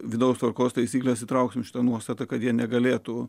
vidaus tvarkos taisykles įtrauksime šitą nuostatą kad jie negalėtų